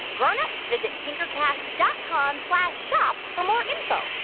grown-ups, visit tinkercast dot com slash shop for more info.